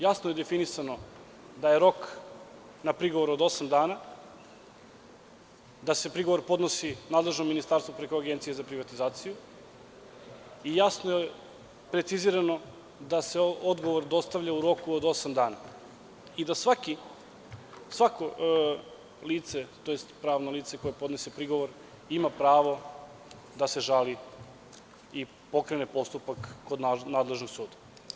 Jasno je definisano da je rok na prigovor osam dana, da se prigovor podnosi nadležnom ministarstvu preko Agencije za privatizaciju i jasno je precizirano da se odgovor dostavlja u roku od osam dana i da svako pravno lice koje podnese prigovor ima pravo da se žali i pokrene postupak kod nadležnog suda.